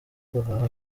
guhaha